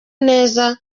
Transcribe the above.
neza